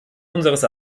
unseres